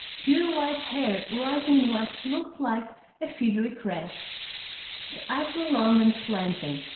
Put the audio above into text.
pure-white hair rising in what looked like a feathery crest. the eyes were long and slanting,